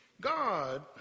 God